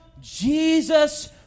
Jesus